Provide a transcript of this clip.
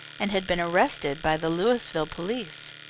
and had been arrested by the louisville police.